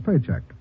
paycheck